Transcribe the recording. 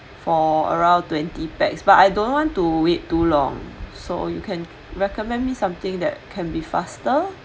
for around twenty pax but I don't want to wait too long so you can recommend me something that can be faster